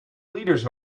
leaders